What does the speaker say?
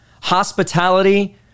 hospitality